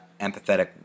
empathetic